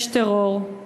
יש טרור,